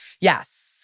Yes